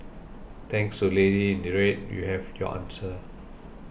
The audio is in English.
thanks to lady in red you have your answer